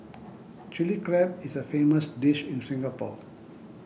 Chilli Crab is a famous dish in Singapore